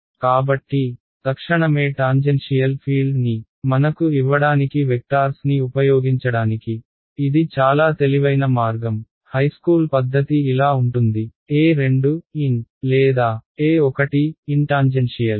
కాబట్టి తక్షణమే టాంజెన్షియల్ ఫీల్డ్ని మనకు ఇవ్వడానికి వెక్టార్స్ ని ఉపయోగించడానికి ఇది చాలా తెలివైన మార్గం హైస్కూల్ పద్ధతి ఇలా ఉంటుంది n లేదా n టాంజెన్షియల్